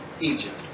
egypt